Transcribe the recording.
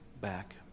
back